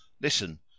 Listen